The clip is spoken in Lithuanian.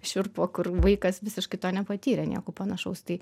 šiurpo kur vaikas visiškai to nepatyrė nieko panašaus tai